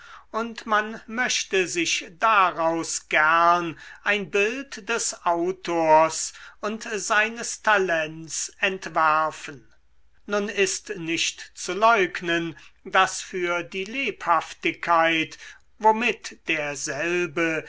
und man möchte sich daraus gern ein bild des autors und seines talents entwerfen nun ist nicht zu leugnen daß für die lebhaftigkeit womit derselbe